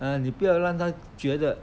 ah 你不要让他觉得